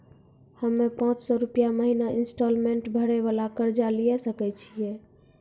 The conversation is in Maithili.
हम्मय पांच सौ रुपिया महीना इंस्टॉलमेंट भरे वाला कर्जा लिये सकय छियै?